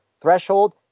threshold